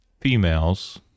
females